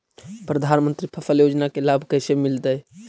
प्रधानमंत्री फसल योजना के लाभ कैसे मिलतै?